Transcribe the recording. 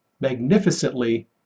magnificently